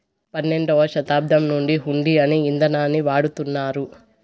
పన్నెండవ శతాబ్దం నుండి హుండీ అనే ఇదానాన్ని వాడుతున్నారు